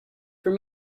from